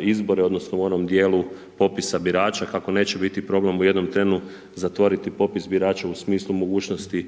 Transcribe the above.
izbore, odnosno, u onom dijelu popisa birača, kako neće biti problem u jednom trenu zatvoriti popis birača u smislu mogućnosti